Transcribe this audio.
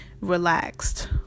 relaxed